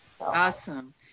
Awesome